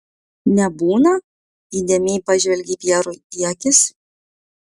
nebūna įdėmiai pažvelgei pjerui į akis